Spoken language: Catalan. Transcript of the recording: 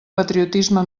patriotisme